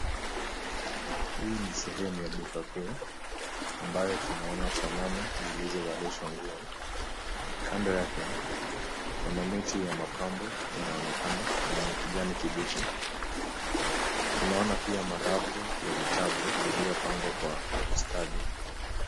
Ni sehemu ya duka kuu ambayo tunaona sanamu zilizovalishwa nguo. Kando yake kuna miti ya mapambo inaonekana yenye kijani kibichi. Tunaona pia marafu yavitabu vilivyopangwa Kwa ustadi.